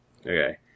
Okay